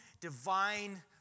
divine